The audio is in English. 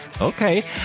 Okay